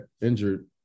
injured